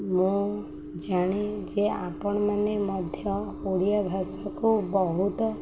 ମୁଁ ଜାଣେ ଯେ ଆପଣମାନେ ମଧ୍ୟ ଓଡ଼ିଆ ଭାଷାକୁ ବହୁତ